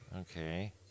Okay